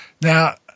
Now